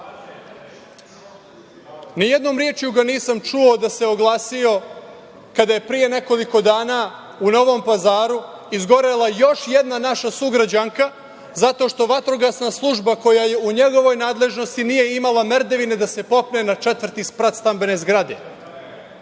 Srbije. Nijednom rečju ga nisam čuo da se oglasio kada je pre nekoliko dana u Novom Pazaru izgorela još jedna naša sugrađanka zato što Vatrogasna služba, koja je u njegovoj nadležnosti, nije imala merdevine da se popne na četvrti sprat stambene zgrade.